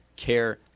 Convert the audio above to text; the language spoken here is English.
care